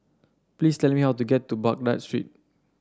please tell me how to get to Baghdad Street